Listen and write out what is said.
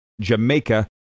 Jamaica